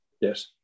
Yes